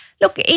look